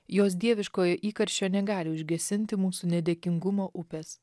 jos dieviškojo įkarščio negali užgesinti mūsų nedėkingumo upės